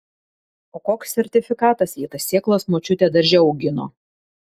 o koks sertifikatas jei tas sėklas močiutė darže augino